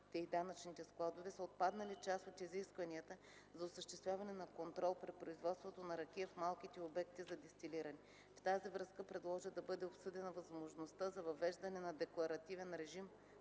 и данъчните складове са отпаднали част от изискванията за осъществяване на контрол при производството на ракия в малките обекти за дестилиране. В тази връзка предложи да бъде обсъдена възможността за въвеждане на декларативен режим,